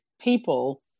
people